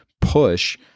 push